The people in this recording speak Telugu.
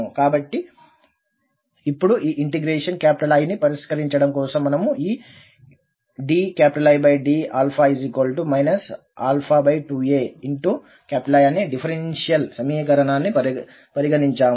కాబట్టి ఇప్పుడు ఈ ఇంటెగ్రేషన్ I ని పరిష్కరించడం కోసం మనము ఈ dIdα 2aI అనే డిఫరెన్షియల్ సమీకరణాన్ని పరిగణించాము